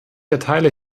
erteile